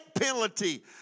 penalty